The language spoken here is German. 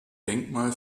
denkmal